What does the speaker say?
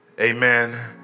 Amen